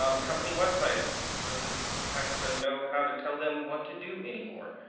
um the company website doesn't have to know how to tell them what to do anymore.